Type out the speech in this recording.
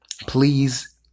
Please